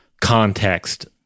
context